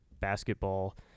basketball